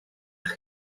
eich